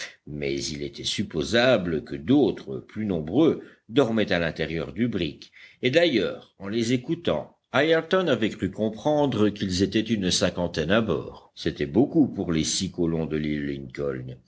mais il était supposable que d'autres plus nombreux dormaient à l'intérieur du brick et d'ailleurs en les écoutant ayrton avait cru comprendre qu'ils étaient une cinquantaine à bord c'était beaucoup pour les six colons de l'île lincoln